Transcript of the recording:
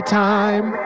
time